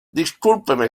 discúlpenme